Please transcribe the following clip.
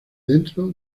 dentro